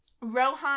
Rohan